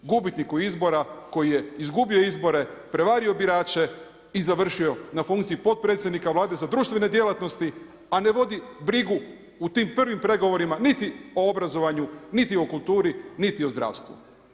Gubitniku izbora koji je izgubio izbore, prevario birače i završio na funkciji potpredsjednika Vlade, za društvene djelatnosti, a ne vodi brigu u tim prvim pregovorima niti o obrazovanju, niti o kulturi niti o zdravstvu.